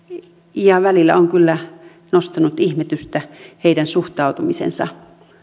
ja välillä on kyllä nostanut ihmetystä heidän suhtautumisensa